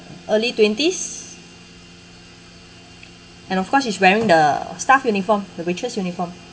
early twenties and of course she's wearing the staff uniform the waitress uniform